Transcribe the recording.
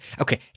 Okay